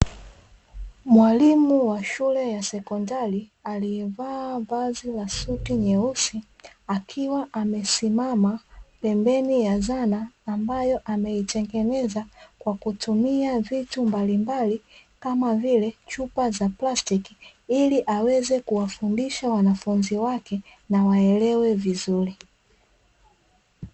Mwalimu wa shule ya sekondari aliyevaa vazi la suti nyeusi, akiwa amesimama pembeni ya zana ambayo ameitengeneza kwa kutumia vitu mbalimbali, kama vile chupa za plastiki ili aweze kuwafundisha wanafunzi wake na waelewe vizuri.